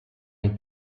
une